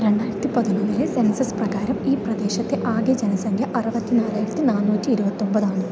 രണ്ടായിരത്തി പതിനൊന്നിലെ സെൻസസ് പ്രകാരം ഈ പ്രദേശത്തെ ആകെ ജനസംഖ്യ അറുപത്തി നാലായിരത്തി നാനൂറ്റി ഇരുപത്തൊമ്പത് ആണ്